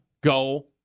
go